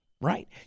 right